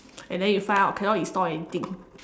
and then you find out cannot install anything